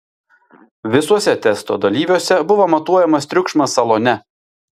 visuose testo dalyviuose buvo matuojamas triukšmas salone